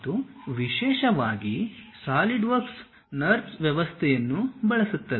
ಮತ್ತು ವಿಶೇಷವಾಗಿ SolidWorks NURBS ವ್ಯವಸ್ಥೆಯನ್ನು ಬಳಸುತ್ತದೆ